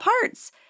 parts